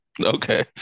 Okay